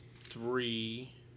three